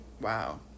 Wow